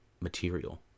material